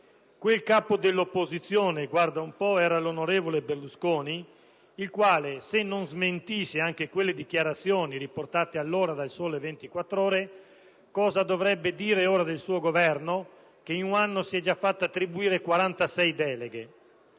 Quel capo dell'opposizione - guarda un po' - era l'onorevole Berlusconi e, se non smentisce anche quelle dichiarazioni riportate allora da «Il Sole 24 Ore», mi domando cosa dovrebbe dire ora del suo Governo, che in un anno si è già fatto attribuire 46 deleghe.